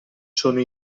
sono